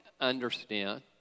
understand